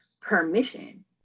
permission